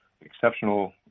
exceptional